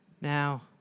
Now